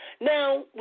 Now